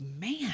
man